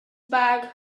bag